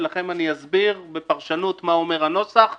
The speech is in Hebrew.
ולכם אני אסביר בפרשנות מה אומר הנוסח המשפטי.